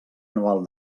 anual